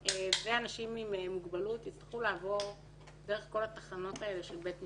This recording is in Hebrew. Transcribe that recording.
להם ואנשים עם מוגבלות יצטרכו לעבור דרך כל התחנות האלה של בית המשפט.